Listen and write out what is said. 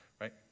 right